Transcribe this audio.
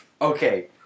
Okay